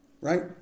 Right